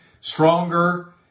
stronger